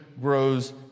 grows